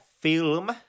film